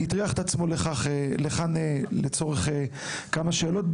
הוא הטריח את עצמו לכאן לצורך כמה שאלות.